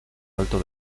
alto